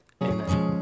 amen